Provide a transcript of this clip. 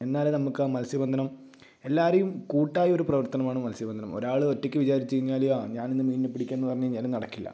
എന്നാലെ നമുക്കാ മത്സ്യ ബന്ധനം എല്ലാവരെയും കൂട്ടായ ഒരു പ്രവർത്തനമാണ് മത്സ്യബന്ധനം ഒരാൾ ഒറ്റയ്ക്ക് വിചാരിച്ച് കഴിഞ്ഞാൽ ഞാനിന്ന് മീനിനെ പിടിക്കുമെന്ന് പറഞ്ഞു കഴിഞ്ഞാൽ നടക്കില്ല